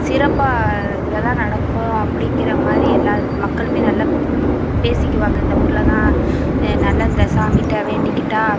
சிறப்பாக இதில் தான் நடக்கும் அப்படிங்கிற மாதிரி எல்லா மக்களுமே நல்லா பேசிக்குவாங்க இந்த ஊரில் தான் நல்ல இந்த சாமிகிட்ட வேண்டிக்கிட்டா